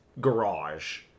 garage